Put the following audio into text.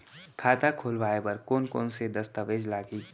खाता खोलवाय बर कोन कोन से दस्तावेज लागही?